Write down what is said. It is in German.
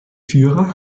führer